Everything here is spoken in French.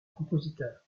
compositeur